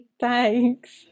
thanks